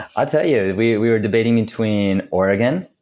i'll tell you, we we were debating between oregon,